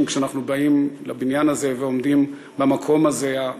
כשאנחנו באים לבניין הזה ועומדים במקום הזה,